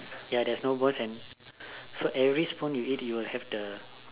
ya there's no poison and so every spoon you eat you'll have the